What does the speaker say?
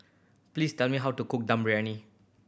please tell me how to cook Dum Briyani